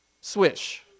Swish